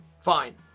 Fine